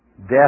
death